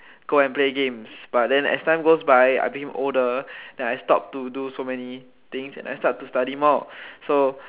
go and play games but as time goes by I became older and I stopped to do so many things and I start to study more so